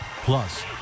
Plus